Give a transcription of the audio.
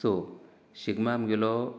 so Shigmo आमगेलो